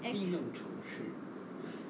s